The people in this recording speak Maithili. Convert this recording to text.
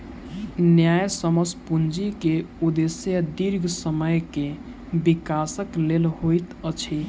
न्यायसम्य पूंजी के उदेश्य दीर्घ समय के विकासक लेल होइत अछि